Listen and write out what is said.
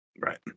right